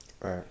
Right